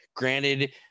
Granted